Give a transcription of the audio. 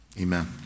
Amen